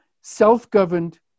self-governed